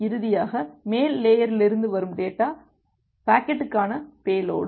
இறுதியாக மேல் லேயரிலிருந்து வரும் டேட்டா பாக்கெட்டுக்கான பே லோடு